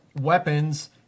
weapons